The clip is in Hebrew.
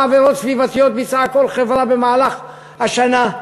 עבירות סביבתיות ביצעה כל חברה במהלך השנה,